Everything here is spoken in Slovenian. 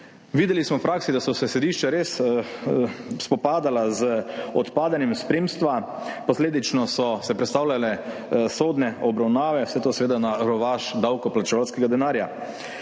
praksi smo videli, da so se sodišča res spopadala z odpadanjem spremstva, posledično so se prestavljale sodne obravnave, vse to seveda na rovaš davkoplačevalskega denarja.